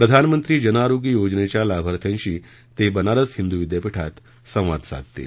प्रधानमंत्री जन आरोग्य योजनेच्या लाभार्थ्यांशी ते बनारस हिंदू विद्यापीठात संवाद साधतील